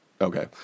Okay